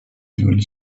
dune